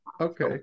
Okay